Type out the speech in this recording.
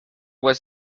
was